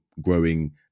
growing